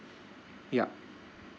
ya